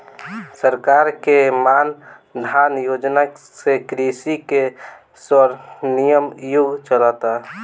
सरकार के मान धन योजना से कृषि के स्वर्णिम युग चलता